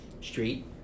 street